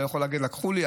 לא יכול להגיד: לקחו לי,